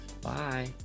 Bye